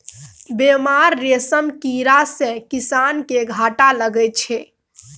बेमार रेशम कीड़ा सँ किसान केँ घाटा लगै छै